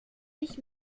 nicht